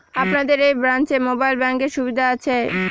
আপনাদের এই ব্রাঞ্চে মোবাইল ব্যাংকের সুবিধে আছে?